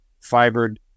fibered